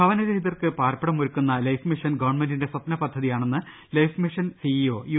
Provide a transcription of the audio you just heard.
ഭവനരഹിതർക്കു പാർപ്പിടം ഒരുക്കുന്ന life mission ഗവൺമെന്റിന്റെ സ്വപ്ന പദ്ധതിയാണെന്ന് ലൈഫ് മിഷൻ സിഇഒ യു